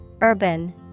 Urban